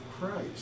Christ